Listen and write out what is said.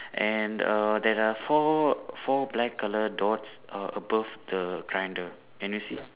and err there are four four black colour dots err above the grinder can you see